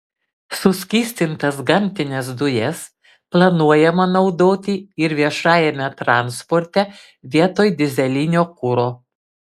suskystintas gamtines dujas planuojama naudoti ir viešajame transporte vietoj dyzelinio kuro